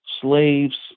slaves